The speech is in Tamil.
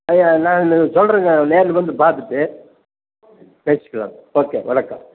அது நான் சொல்கிறேங்க நேரில் வந்து பார்த்துட்டு பேசிக்கலாம் ஓகே வணக்கம்